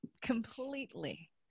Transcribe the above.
completely